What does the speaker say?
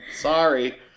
Sorry